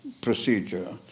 procedure